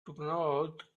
about